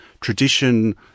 tradition